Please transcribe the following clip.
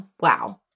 Wow